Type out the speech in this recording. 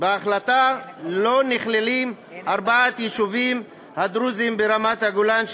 בהחלטה לא נכללים ארבעת יישובי הדרוזים ברמת-הגולן,